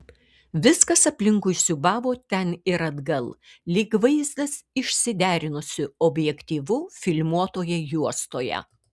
viskas aplinkui siūbavo ten ir atgal lyg vaizdas išsiderinusiu objektyvu filmuotoje juostoje